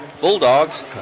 Bulldogs